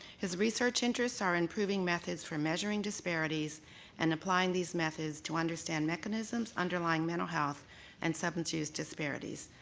his research interests are improving methods for measuring disparities and applying these methods to understand mechanisms underlying mental health and substance use disparities.